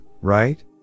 right